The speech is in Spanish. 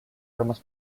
armas